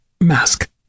mask